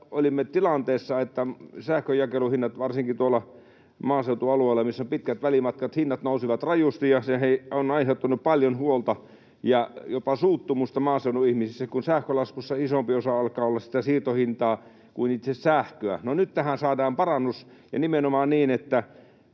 olimme tilanteessa, että sähkön jakeluhinnat varsinkin maaseutualueella, missä on pitkät välimatkat, nousivat rajusti, ja se on aiheuttanut paljon huolta ja jopa suuttumusta maaseudun ihmisissä, kun sähkölaskussa alkaa olla isompi osa sitä siirtohintaa kuin itse sähköä. No, nyt tähän saadaan parannus ja nimenomaan niin, että